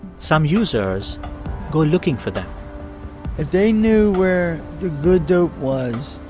some users go looking for them if they knew where the good dope was,